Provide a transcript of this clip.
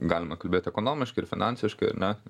galima kalbėt ekonomiškai ir finansiškai ar ne